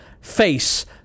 face